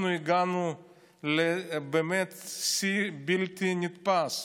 אנחנו הגענו באמת לשיא בלתי נתפס.